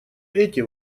эти